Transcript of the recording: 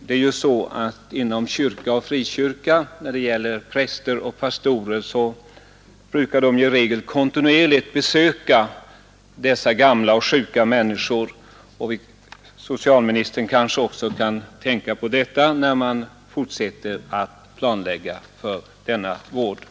Präster och pastorer inom kyrka och frikyrka brukar kontinuerligt besöka gamla och sjuka människor. Socialministern kanske också kan tänka på detta vid den fortsatta planläggningen. digt lidande för